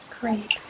Great